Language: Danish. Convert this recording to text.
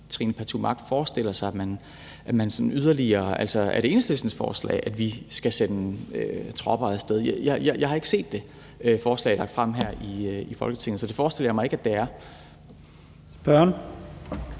Trine Pertou Mach forestiller sig at man sådan yderligere kan gøre. Altså, er det Enhedslistens forslag, at vi skal sende tropper af sted? Jeg har ikke set, at det forslag er blevet lagt frem her i Folketinget, så det forestiller jeg mig ikke at det er. Kl.